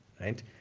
right